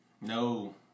No